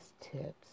tips